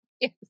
Yes